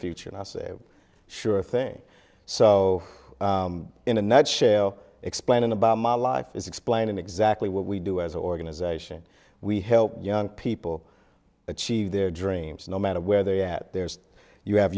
future and i say sure thing so in a nutshell explaining about my life is explaining exactly what we do as an organization we help young people achieve their dreams no matter where they're at there's you have